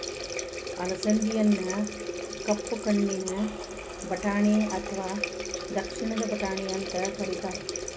ಅಲಸಂದಿಯನ್ನ ಕಪ್ಪು ಕಣ್ಣಿನ ಬಟಾಣಿ ಅತ್ವಾ ದಕ್ಷಿಣದ ಬಟಾಣಿ ಅಂತ ಕರೇತಾರ